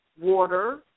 water